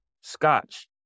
scotch